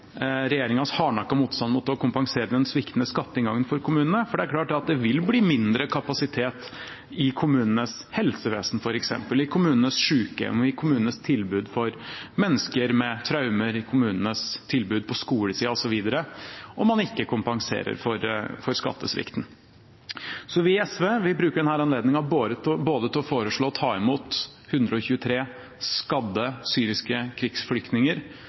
motstand mot å kompensere den sviktende skatteinngangen til kommunene, for det er klart at det vil bli mindre kapasitet f.eks. i kommunenes helsevesen, sykehjem, tilbud for mennesker med traumer, tilbud på skolesiden osv. om man ikke kompenserer for skattesvikten. Vi i SV bruker denne anledningen til å foreslå å ta imot 123 skadde, syriske krigsflyktninger,